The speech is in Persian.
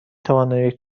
توانم